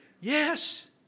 Yes